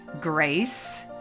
grace